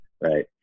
right